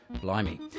Blimey